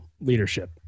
leadership